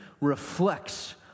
reflects